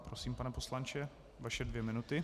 Prosím, pane poslanče, vaše dvě minuty.